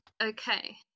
Okay